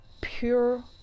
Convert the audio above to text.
pure